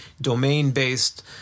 domain-based